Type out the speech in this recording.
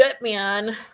man